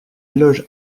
éloge